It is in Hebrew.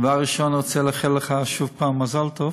דבר ראשון, אני רוצה לאחל לך שוב מזל טוב